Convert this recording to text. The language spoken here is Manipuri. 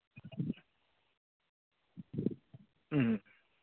ꯎꯝ